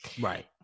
Right